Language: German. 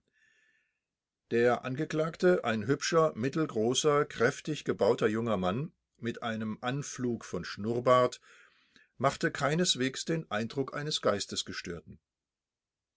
der angeklagte ein hübscher mittelgroßer kräftig gebauter junger mann mit einem anflug von schnurrbart machte keineswegs den eindruck eines geistesgestörten